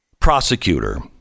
Prosecutor